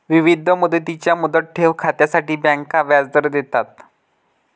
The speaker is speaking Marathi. विविध मुदतींच्या मुदत ठेव खात्यांसाठी बँका व्याजदर देतात